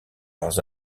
leurs